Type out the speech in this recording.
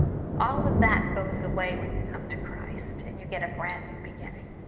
all of that goes away when you come to christ, and you get a brand new beginning.